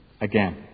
Again